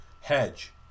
Hedge